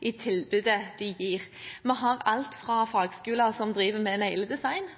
i tilbudet de gir. Vi har alt fra fagskoler som driver med